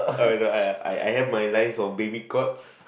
uh I I I have my lines of baby courts